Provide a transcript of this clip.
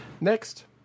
Next